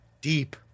Deep